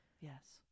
Yes